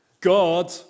God